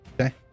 Okay